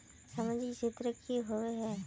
सामाजिक क्षेत्र की होबे है?